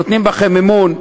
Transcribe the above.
נותנים בכם אמון.